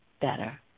better